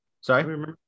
Sorry